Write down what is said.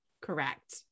Correct